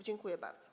Dziękuję bardzo.